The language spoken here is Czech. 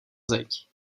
zeď